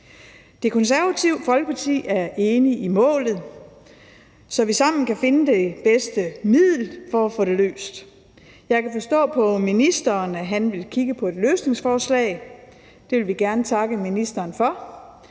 Det Konservative Folkeparti er enige i målet, så vi sammen kan finde det bedste middel for at få det løst. Jeg kan forstå på ministeren, at han vil kigge på et løsningsforslag. Det vil vi gerne takke ministeren for.